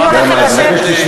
אני אתן לך לשבת.